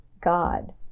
God